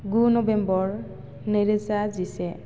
गु नबेम्बर नैरोजा जिसे